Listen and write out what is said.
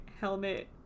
helmet